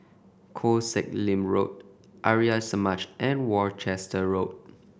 Koh Sek Lim Road Arya Samaj and Worcester Road